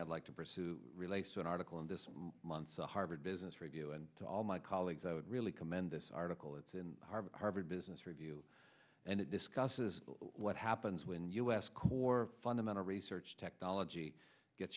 i'd like to pursue relates to an article in this month's the harvard business review and to all my colleagues i would really commend this article it's in the harvard business review and it discusses what happens when u s core fundamental research technology get